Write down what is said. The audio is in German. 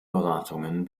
beratungen